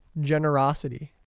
generosity